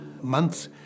months